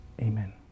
Amen